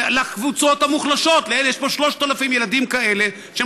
הקבוצות המוחלשות: יש פה 3,000 ילדים כאלה שהם